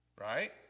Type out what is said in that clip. Right